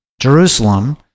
Jerusalem